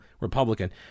Republican